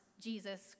Jesus